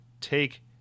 take